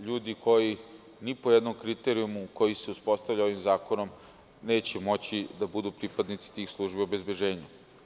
oni koji ni po jednom kriterijumu koji se uspostavlja ovim zakonom neće moći da budu pripadnici tih službi obezbeđenja.